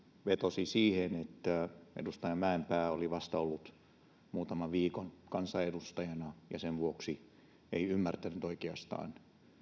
vetosi siihen että edustaja mäenpää oli ollut vasta muutaman viikon kansanedustajana ja sen vuoksi ei ymmärtänyt oikeastaan